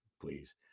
please